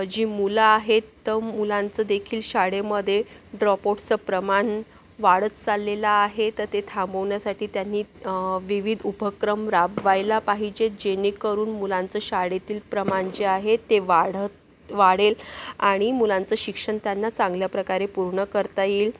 जी मुलं आहेत तर मुलांचंदेखील शाळेमध्ये ड्रॉपआउटचं प्रमाण वाढत चाललेलं आहे तर ते थांबवण्यासाठी त्यांनी विविध उपक्रम राबवायला पाहिजे जेणेकरून मुलांचं शाळेतील प्रमाण जे आहे ते वाढत वाढेल आणि मुलांचं शिक्षण त्यांना चांगल्याप्रकारे पूर्ण करता येईल